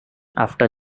after